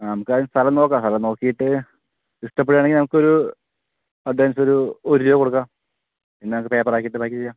നമുക്കതിന് സ്ഥലം നോക്കാം സ്ഥലം നോക്കിയിട്ട് ഇഷ്ടപ്പെടുവാണെങ്കിൽ നമുക്കൊരു അഡ്വാൻസൊരു ഒരു രൂപ കൊടുക്കാം പിന്നൊക്കെ പേപ്പറാക്കിയിട്ട് ബാക്കി ചെയ്യാം